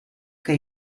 que